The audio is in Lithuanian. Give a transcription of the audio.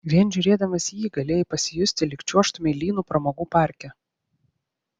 vien žiūrėdamas į jį galėjai pasijusti lyg čiuožtumei lynu pramogų parke